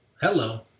hello